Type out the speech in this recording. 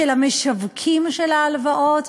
של המשווקים של ההלוואות,